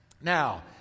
now